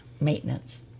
maintenance